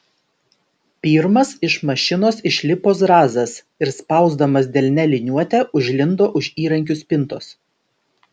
pirmas iš mašinos išlipo zrazas ir spausdamas delne liniuotę užlindo už įrankių spintos